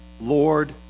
Lord